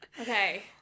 Okay